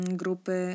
grupy